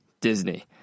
Disney